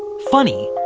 funny,